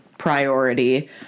priority